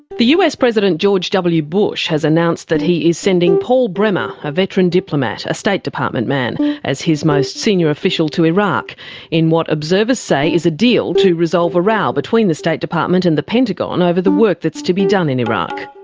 the us president george w bush has announced that he is sending paul bremer, a veteran diplomat, a state department man, as his most senior official to iraq in what observers say is a deal to resolve a row between the state department and the pentagon over the work that is to be done in iraq.